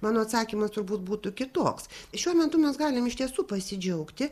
mano atsakymas turbūt būtų kitoks šiuo metu mes galim iš tiesų pasidžiaugti